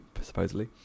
supposedly